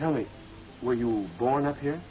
tell me were you born up here